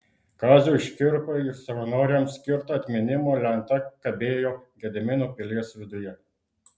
kaziui škirpai ir savanoriams skirta atminimo lenta kabėjo gedimino pilies viduje